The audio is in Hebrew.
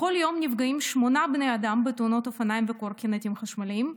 בכל יום נפגעים שמונה בני אדם בתאונות אופניים וקורקינטים חשמליים,